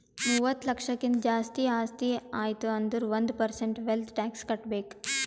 ಮೂವತ್ತ ಲಕ್ಷಕ್ಕಿಂತ್ ಜಾಸ್ತಿ ಆಸ್ತಿ ಆಯ್ತು ಅಂದುರ್ ಒಂದ್ ಪರ್ಸೆಂಟ್ ವೆಲ್ತ್ ಟ್ಯಾಕ್ಸ್ ಕಟ್ಬೇಕ್